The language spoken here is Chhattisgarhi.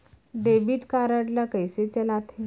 डेबिट कारड ला कइसे चलाते?